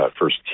first